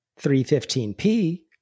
315P